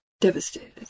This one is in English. devastated